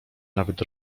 nawet